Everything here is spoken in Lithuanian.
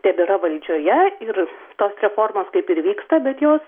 tebėra valdžioje ir tos reformos kaip ir vyksta bet jos